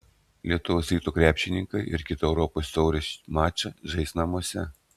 lietuvos ryto krepšininkai ir kitą europos taurės mačą žais namuose